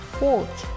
watch